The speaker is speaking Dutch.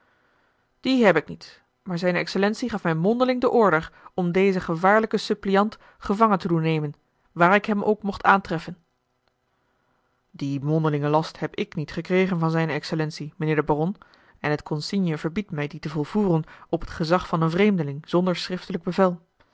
dien heb ik niet maar zijne excellentie gaf mij mondeling de order om dezen gevaarlijken suppliant gevangen te doen nemen waar ik hem ook mocht aantreffen dien mondelingen last heb ik niet gekregen van zijne excellentie mijnheer de baron en het consigne verbiedt mij dien te volvoeren op het gezag van een vreemdeling zonder schrifa